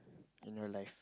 in your life